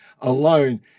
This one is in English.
alone